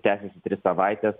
tęsiasi tris savaites